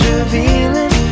revealing